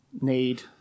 need